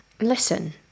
Listen